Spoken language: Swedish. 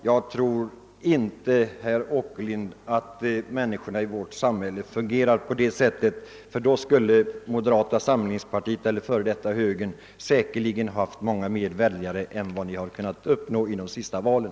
Jag tror inte, herr Åkerlind, att människorna i vårt samhälle fungerar på detta sätt, för då skulle moderata samlingspartiet, f. d. högerpartiet, säkerligen ha haft många fler väljare än vad det kunde uppnå vid det sista valet.